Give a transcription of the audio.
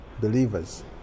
believers